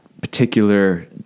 particular